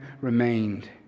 remained